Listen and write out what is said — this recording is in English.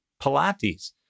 Pilates